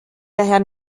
daher